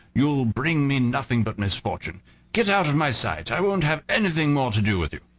you'll bring me nothing but misfortune get out of my sight, i won't have anything more to do with you.